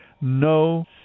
No